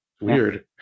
Weird